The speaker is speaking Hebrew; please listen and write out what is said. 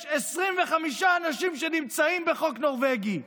יש 25 אנשים שנמצאים בחוק נורבגי,